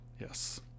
Yes